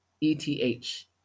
E-T-H